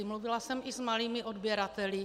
Mluvila jsem i s malými odběrateli.